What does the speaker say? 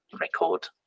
record